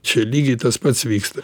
čia lygiai tas pats vyksta